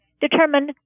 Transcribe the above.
determine